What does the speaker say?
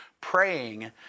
praying